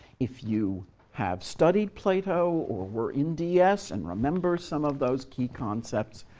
if you have studied plato or were in ds and remember some of those key concepts,